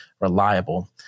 reliable